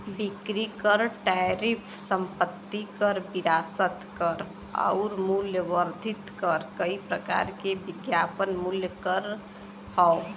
बिक्री कर टैरिफ संपत्ति कर विरासत कर आउर मूल्य वर्धित कर कई प्रकार के विज्ञापन मूल्य कर हौ